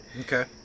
Okay